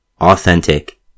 authentic